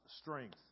strength